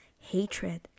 hatred